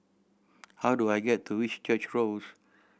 how do I get to Whitchurch Road